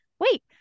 wait